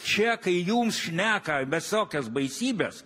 čia kai jums šneka visokias baisybes